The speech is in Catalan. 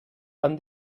van